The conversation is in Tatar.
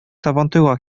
сабантуйга